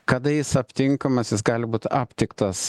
kada jis aptinkamas jis gali būt aptiktas